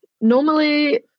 normally